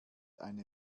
eine